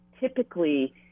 typically